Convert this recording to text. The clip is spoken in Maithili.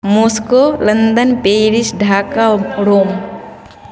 Moscow London Paris Dhaka Rome